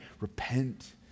repent